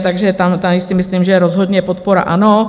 Takže tady si myslím, že rozhodně podpora ano.